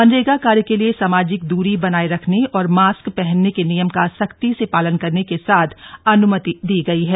मनरेगा कार्य के लिए सामाजिक दूरी बनाये रखने और मास्क पहनने के नियम का सख्ती से पालन करने के साथ अन्मति दी गई है